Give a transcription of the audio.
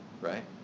right